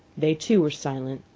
they, too, were silent,